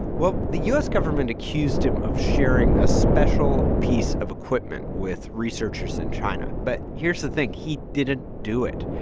well, the u s. government accused him of sharing a special piece of equipment with researchers in china. but here's the thing he didn't do it.